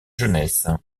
jeunesse